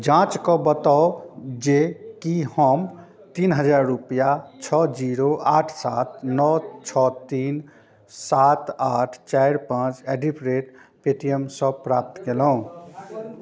जाँच कऽ बताउ जेकि हम तीन हजार रुपैआ छओ जीरो आठ सात नओ छओ तीन सात आठ चारि पाँच ऐडिपरेट पेटीएमसँ प्राप्त केलहुँ